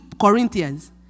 Corinthians